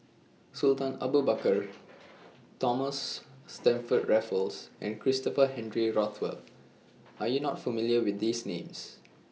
Sultan Abu Bakar Thomas Stamford Raffles and Christopher Henry Rothwell Are YOU not familiar with These Names